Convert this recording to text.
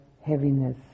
heaviness